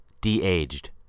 de-aged